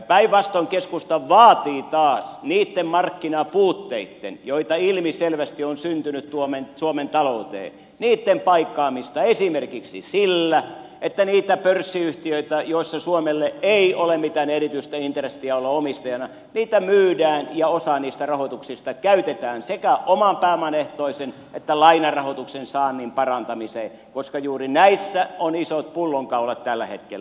päinvastoin keskusta vaatii taas niitten markkinapuutteitten joita ilmiselvästi on syntynyt suomen talouteen paikkaamista esimerkiksi sillä että niitä pörssiyhtiöitä joissa suomella ei ole mitään erityistä intressiä olla omistajana myydään ja osa niistä rahoituksista käytetään sekä oman pääoman ehtoisen että lainarahoituksen saannin parantamiseen koska juuri näissä on isot pullonkaulat tällä hetkellä